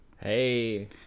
Hey